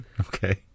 Okay